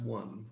one